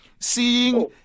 Seeing